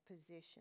position